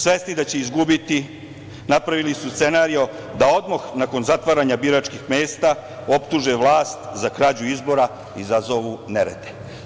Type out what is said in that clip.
Svesni da će izgubiti, napravili su scenario da odmah, nakon zatvaranja biračkih mesta, optuže vlast za krađu izbora, izazovu nerede.